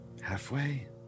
halfway